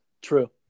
true